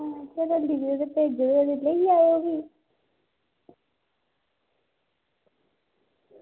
ते चलो एप्लीकेशन भेजी ओड़ेओ ते लेई जायो